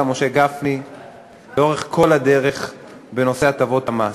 משה גפני לאורך כל הדרך בנושא הטבות המס.